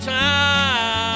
time